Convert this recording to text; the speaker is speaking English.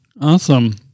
Awesome